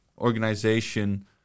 organization